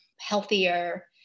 healthier